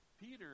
Peter